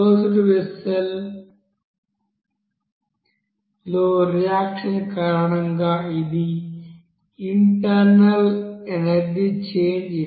closed vessel లో reaction కారణంగా ఇది ఇంటర్నల్ ఎనర్జీ చేంజ్